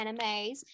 animes